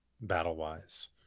battle-wise